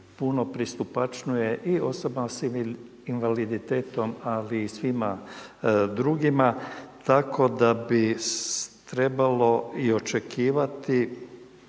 puno pristupačnije i osoba s invaliditetom, ali i svima drugima, tako da bi trebalo i očekivati,